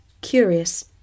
curious